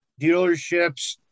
dealerships